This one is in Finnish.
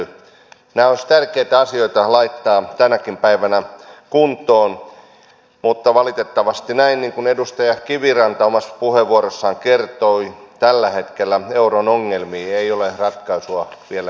nämä olisivat tärkeitä asioita laittaa tänäkin päivänä kuntoon mutta valitettavasti on näin niin kuin edustaja kiviranta omassa puheenvuorossaan kertoi että tällä hetkellä euron ongelmiin ei ole ratkaisua vielä näkyvissä